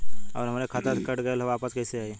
आऊर हमरे खाते से कट गैल ह वापस कैसे आई?